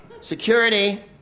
security